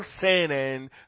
sinning